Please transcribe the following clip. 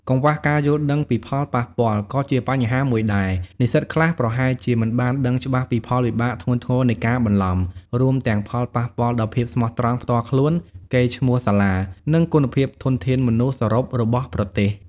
កង្វះការយល់ដឹងពីផលប៉ះពាល់ ក៏ជាបញ្ហាមួយដែរ និស្សិតខ្លះប្រហែលជាមិនបានដឹងច្បាស់ពីផលវិបាកធ្ងន់ធ្ងរនៃការបន្លំ រួមទាំងផលប៉ះពាល់ដល់ភាពស្មោះត្រង់ផ្ទាល់ខ្លួន កេរ្តិ៍ឈ្មោះសាលា និងគុណភាពធនធានមនុស្សសរុបរបស់ប្រទេស។